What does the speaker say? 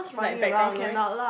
like background noise